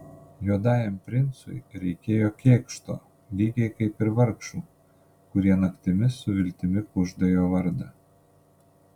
juodajam princui reikėjo kėkšto lygiai kaip ir vargšų kurie naktimis su viltimi kužda jo vardą